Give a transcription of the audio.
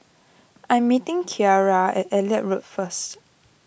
I am meeting Ciarra at Elliot Road first